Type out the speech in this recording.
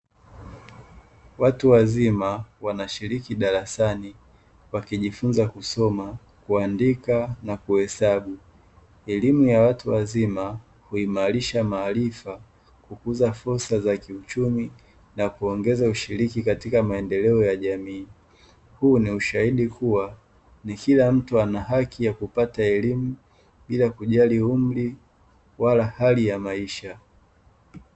Watu wazima wanashiriki darasani wakijifunza kusoma kuandika na kuhesabu. Elimu ya watu wazima kuimarisha maarifa kukuza fursa za kiuchumi, na kuongeza ushiriki katika maendeleo ya jamii. Huu ni ushahidi kuwa ni kila mtu ana haki ya kupata elimu, bila kujali umri wala hali ya maisha.